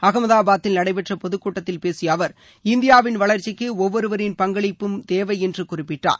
அகமதாபாத்தில் நடைபெற்ற பொதுக் கூட்டத்தில் பேசிய அவர் இந்தியாவின் வளர்ச்சிக்கு ஒவ்வொருவரின் பங்களிப்பும் தேவை என்று குறிப்பிட்டார்